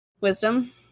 Wisdom